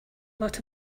lot